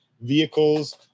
vehicles